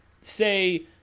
Say